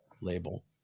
label